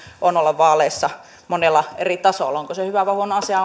on olla vaaleissa monella eri tasolla onko se hyvä vai huono asia